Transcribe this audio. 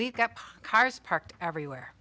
we've got cars parked everywhere